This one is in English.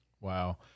Wow